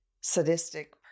sadistic